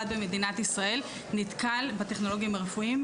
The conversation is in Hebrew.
במדינת ישראל נתקל בטכנולוגים הרפואיים.